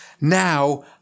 Now